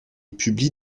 publie